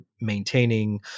maintaining